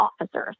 officers